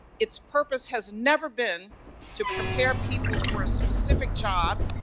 it's purpose has never been to prepare people for a specific job,